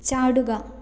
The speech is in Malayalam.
ചാടുക